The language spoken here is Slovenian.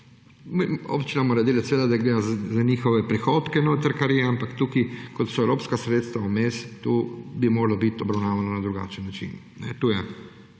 občina mora gledati za svoje prihodke, ampak tukaj so evropska sredstva vmes, tu bi moralo biti obravnavano na drugačen način.